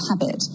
habit